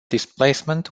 displacement